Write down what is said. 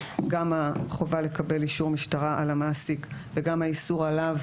גם החובה לקבל אישור משטרה על המעסיק וגם על האיסור עליו,